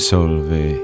Solve